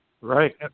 right